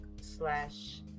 slash